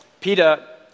Peter